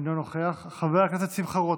אינו נוכח, חבר הכנסת שמחה רוטמן.